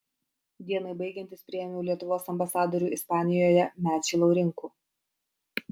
dienai baigiantis priėmiau lietuvos ambasadorių ispanijoje mečį laurinkų